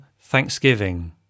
thanksgiving